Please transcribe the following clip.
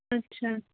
ਅੱਛਾ